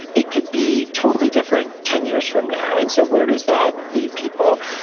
it could be totally different ten years from now. and so where does that leave people?